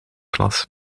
klas